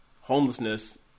homelessness